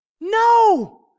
No